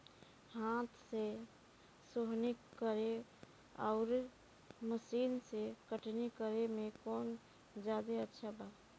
हाथ से सोहनी करे आउर मशीन से कटनी करे मे कौन जादे अच्छा बा?